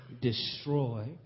destroy